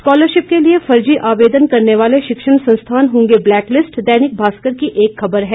scholarship के लिए फर्जी आवेदन करने वाले शिक्षण संस्थान होंगे ब्लैकलिस्ट दैनिक भास्कर की एक खबर है